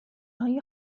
های